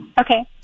Okay